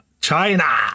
China